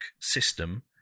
system